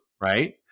right